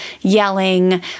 yelling